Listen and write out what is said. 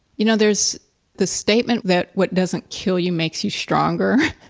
you know, there's the statement that what doesn't kill you makes you stronger,